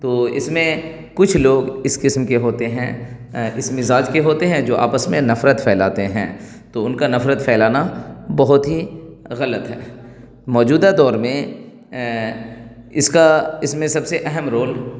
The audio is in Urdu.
تو اس میں کچھ لوگ اس قسم کے ہوتے ہیں اس مزاج کے ہوتے ہیں جو آپس میں نفرت پھیلاتے ہیں تو ان کا نفرت پھیلانا بہت ہی غلط ہے موجودہ دور میں اس کا اس میں سب سے اہم رول